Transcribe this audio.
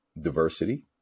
diversity